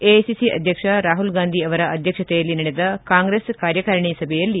AICC ಅಧ್ಯಕ್ಷ ರಾಹುಲ್ ಗಾಂಧಿ ಅವರ ಅಧ್ಯಕ್ಷತೆಯಲ್ಲಿ ನಡೆದ ಕಾಂಗ್ರೆಸ್ ಕಾರ್ಯಕಾರಿಣಿ ಸಭೆಯಲ್ಲಿ